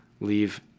leave